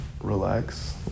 relax